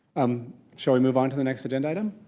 um showing move onto the next agenda item?